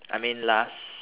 I mean last